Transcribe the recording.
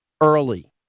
early